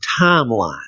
timeline